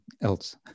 else